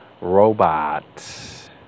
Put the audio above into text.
robot